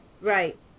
right